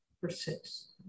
persist